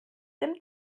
dem